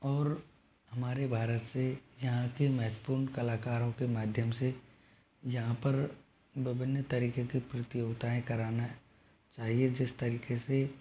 और हमारे भारत से यहाँ के महत्वपूर्ण कलाकारों के माध्यम से यहाँ पर विभिन्न तरीके की प्रतियोगिताएँ कराना चाहिए जिस तरीके से